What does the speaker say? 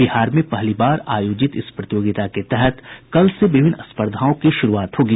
बिहार में पहली बार आयोजित इस प्रतियोगिता के तहत कल से विभिन्न स्पर्धाओं की शुरूआत होगी